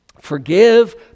Forgive